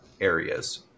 areas